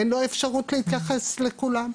אין לו אפשרות להתייחס לכולם.